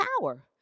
power